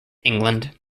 england